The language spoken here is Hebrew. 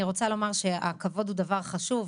הכבוד הוא דבר חשוב.